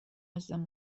عزیزم